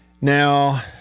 Now